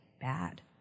bad